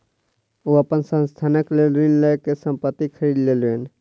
ओ अपन संस्थानक लेल ऋण लअ के संपत्ति खरीद लेलैन